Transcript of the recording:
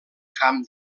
camp